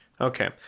Okay